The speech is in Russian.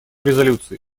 резолюции